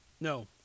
no